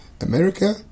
America